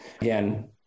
again